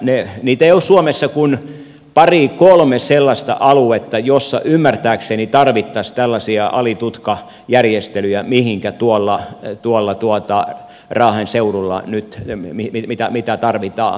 niitä ei ole suomessa kuin pari kolme sellaista aluetta joilla ymmärtääkseni tarvittaisiin tällaisia alitutkajärjestelyjä mitä tuolla raahen seudulla nyt tarvitaan